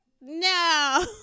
no